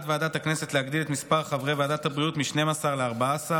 ועדת הכנסת להגדיל את מספר חברי ועדת הבריאות מ-12 ל-14.